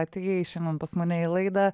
atėjai šiandien pas mane į laidą